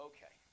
Okay